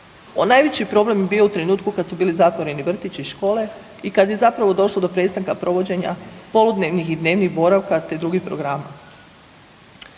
Najveći problem je bio u trenutku kad su bili zatvoreni vrtići i škole i kad je zapravo došlo do prestanka provođenja poludnevnih i dnevnih boravka te drugih programa.